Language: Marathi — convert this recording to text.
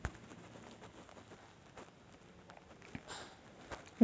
गंमत म्हणजे खजुराची झाडे काळ्या बाजारात विकली जात होती